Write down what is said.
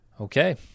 Okay